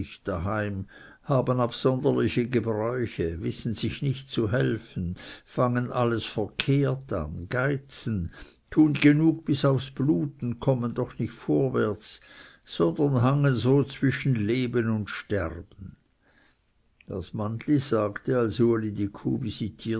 daheim haben absonderliche gebräuche wissen sich nicht zu helfen fangen alles verkehrt an geizen tun genug bis aufs blut und kommen doch nicht vorwärts sondern hangen so zwischen leben und sterben das mannli sagte als uli die kuh